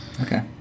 Okay